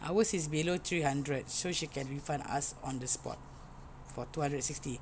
ours is below three hundred so she can refund us on the spot for two hundred sixty